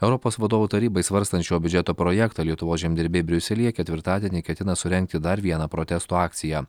europos vadovų tarybai svarstant šio biudžeto projektą lietuvos žemdirbiai briuselyje ketvirtadienį ketina surengti dar vieną protesto akciją